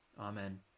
Amen